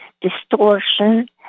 distortion